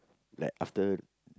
like after